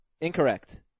Incorrect